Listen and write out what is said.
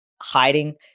hiding